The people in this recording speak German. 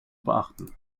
beachten